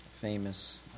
Famous